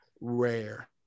rare